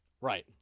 Right